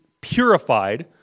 purified